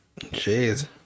Jeez